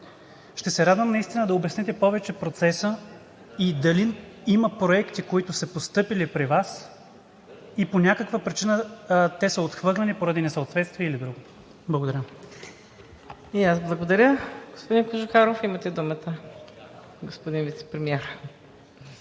Ще се радвам да обясните повече процеса и дали има проекти, които са постъпили при Вас и по някаква причина те са отхвърлени поради несъответствие или друго? Благодаря. ПРЕДСЕДАТЕЛ МУКАДДЕС НАЛБАНТ: Благодаря, господин Кожухаров. Имате думата, господин Вицепремиер.